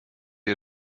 ihr